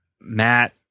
Matt